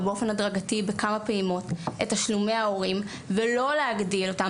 לא להגדיל אותם,